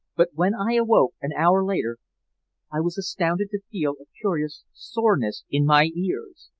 but when i awoke an hour later i was astounded to feel a curious soreness in my ears.